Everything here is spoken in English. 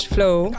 Flow